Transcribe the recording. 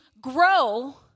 grow